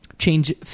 change